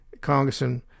Congressman